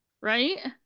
Right